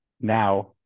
now